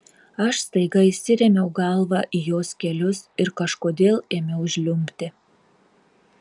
aš staiga įsirėmiau galva į jos kelius ir kažkodėl ėmiau žliumbti